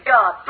God